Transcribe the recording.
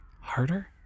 Harder